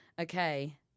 Okay